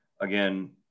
again